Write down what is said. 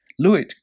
Lewitt